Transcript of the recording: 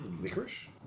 licorice